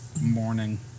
Morning